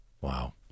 Wow